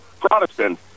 Protestant